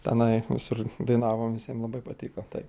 tenai visur dainavom visiem labai patiko tai